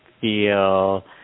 feel